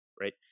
right